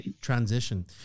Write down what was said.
transition